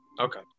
Okay